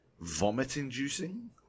vomit-inducing